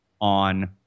on